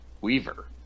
Weaver